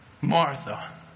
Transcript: Martha